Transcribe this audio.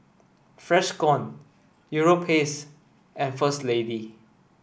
Freshkon Europace and First Lady